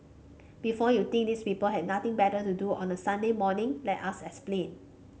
before you think these people had nothing better to do on a Sunday morning let us explain